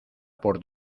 por